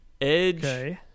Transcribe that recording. Edge